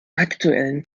aktuellen